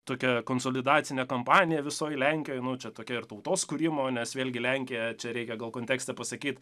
tokia konsolidacinė kampanija visoj lenkijoj čia tokia ir tautos kūrimo nes vėlgi lenkija čia reikia gal kontekstą pasakyti